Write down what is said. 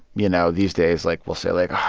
you know, these days, like, we'll say, like,